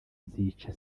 zica